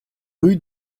rue